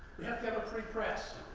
we have to have a free press.